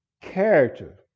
character